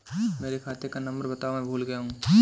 मेरे खाते का नंबर बताओ मैं भूल गया हूं